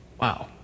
Wow